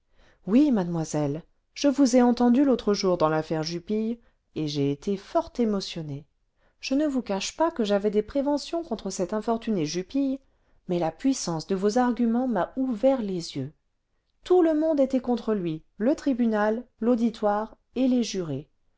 oui mademoiselle je vous ai entendue l'autre jour dans l'affaire jupille et j'ai été fort émotionné je ne vous cache pas que j'avais des préventions contre cet infortuné jupille mais la puissance de vos arguments m'a ouvert les yeux tout le monde était contre lui le tribunal l'auditoire et les jurés